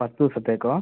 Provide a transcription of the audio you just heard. പത്ത് ദിവസത്തേക്കോ